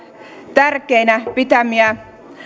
tärkeinä pitämiäni